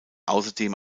außerdem